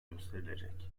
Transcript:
gösterilecek